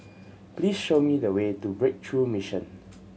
please show me the way to Breakthrough Mission